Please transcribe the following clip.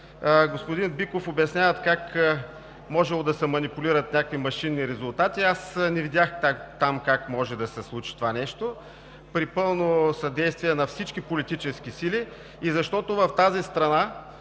господин Биков обясняват тук как можело да се манипулират някакви машинни резултати. Аз не видях там как може да се случи това. При пълно съдействие на всички политически сили и защото в тази страна